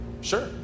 sure